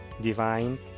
divine